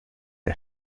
der